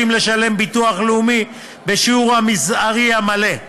לשלם דמי ביטוח לאומי בשיעור המזערי המלא,